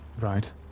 Right